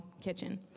kitchen